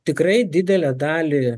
tikrai didelę dalį